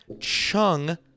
Chung